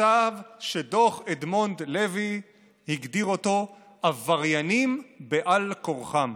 מצב שדוח אדמונד לוי הגדיר אותו "עבריינים בעל כורחם".